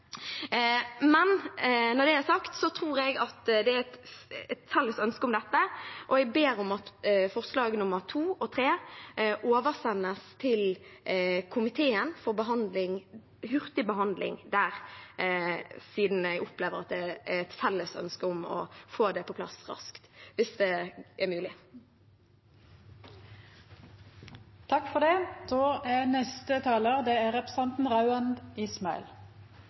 Når det er sagt, tror jeg at det er et felles ønske om dette, og jeg ber om at forslagene nr. 3 og 4 oversendes til komiteen for hurtigbehandling der, siden jeg opplever at det er et felles ønske om å få det på plass raskt, hvis det er mulig. Miljøpartiet De Grønne fremmet i høst et helhetlig forslag til strømpakke for